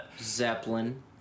Zeppelin